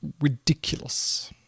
ridiculous